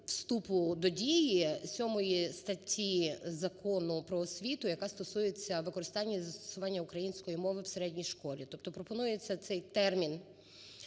вступу до дії 7 статті Закону про освіту, яка стосується використання і застосування української мови в середній школі. Тобто пропонується цей термін